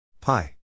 pi